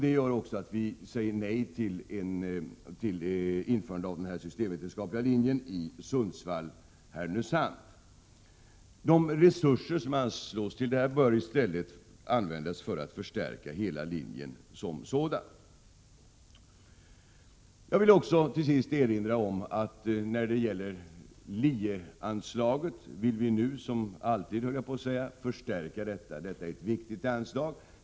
Det gör också att vi säger nej till införandet av en systemvetenskaplig linje vid högskolan i Sundsvall Härnösand. De resurser som anslås till detta bör i stället användas för att förstärka hela linjen som sådan. Till sist vill jag erinra om att vi, nu som alltid, vill förstärka LIE-anslaget. Det är ett viktigt anslag.